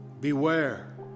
Beware